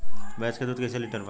भैंस के दूध कईसे लीटर बा?